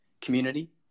community